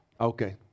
Okay